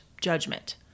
judgment